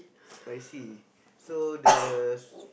spicy so the